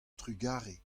trugarez